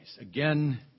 again